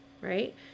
right